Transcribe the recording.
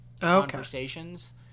conversations